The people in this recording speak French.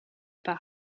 par